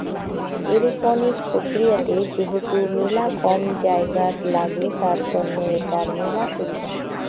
aeroponics প্রক্রিয়াতে যেহেতু মেলা কম জায়গাত লাগে, তার তন্ন এটার মেলা সুবিধা